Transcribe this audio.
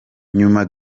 nyuma